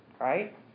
Right